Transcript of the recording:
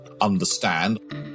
understand